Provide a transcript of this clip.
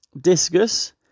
discus